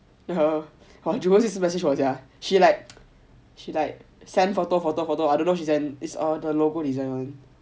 !wah! jewel 也是 message 我 sia she like send photo photo photo I don't know what she sent it's for the logo design